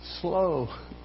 slow